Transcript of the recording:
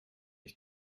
ich